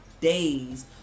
days